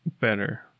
better